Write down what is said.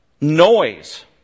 noise